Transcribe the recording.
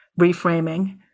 reframing